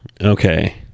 Okay